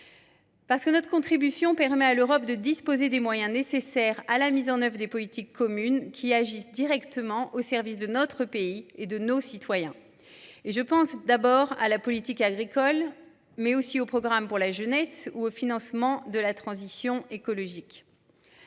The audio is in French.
européen. Celle ci permet à l’Europe de disposer des moyens nécessaires à la mise en œuvre des politiques communes, qui agissent directement au service de notre pays et de nos concitoyens. Je pense d’abord à la politique agricole commune, mais aussi aux programmes pour la jeunesse ou au financement de la transition écologique.